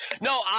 no